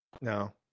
No